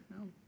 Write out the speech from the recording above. No